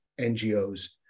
NGOs